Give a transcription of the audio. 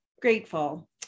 grateful